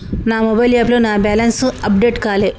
నా మొబైల్ యాప్లో నా బ్యాలెన్స్ అప్డేట్ కాలే